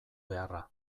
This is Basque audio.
beharra